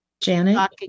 Janet